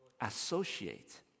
associate